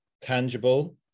tangible